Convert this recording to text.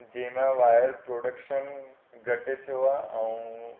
जंहिंमां wire production घटि थियो आहे ऐं